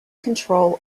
control